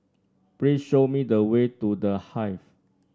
please show me the way to The Hive